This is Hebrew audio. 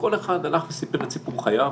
כל אחד הלך וסיפר את סיפור חייו,